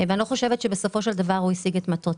ואני לא חושבת שהוא השיג את מטרתו.